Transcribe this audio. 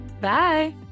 Bye